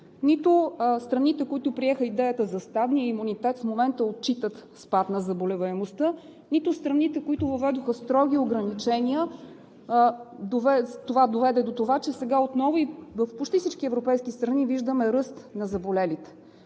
нито страните, които приеха идеята за стадния имунитет, в момента отчитат спад на заболеваемостта, нито страните, които въведоха строги ограничения, което доведе до това, че сега отново в почти всички европейски страни виждаме ръст на заболелите.